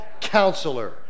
Counselor